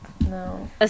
No